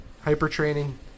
Hyper-training